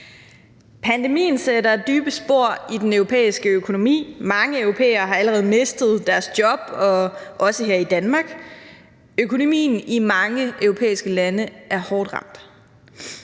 Pandemien sætter dybe spor i den europæiske økonomi, mange europæere har allerede mistet deres job, også her i Danmark, og økonomien i mange europæiske lande er hårdt ramt.